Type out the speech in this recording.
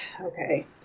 okay